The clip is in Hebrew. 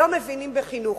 שלא מבינים בחינוך.